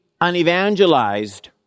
unevangelized